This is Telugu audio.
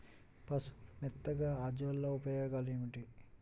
పశువుల మేతగా అజొల్ల ఉపయోగాలు ఏమిటి?